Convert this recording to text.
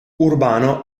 urbano